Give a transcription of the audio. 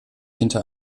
hinter